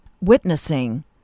witnessing